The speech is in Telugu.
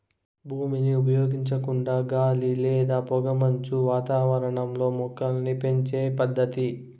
భూమిని ఉపయోగించకుండా గాలి లేదా పొగమంచు వాతావరణంలో మొక్కలను పెంచే పద్దతి